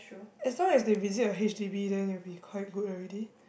as long as they visit a H_D_B then it will be quite good already